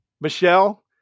Michelle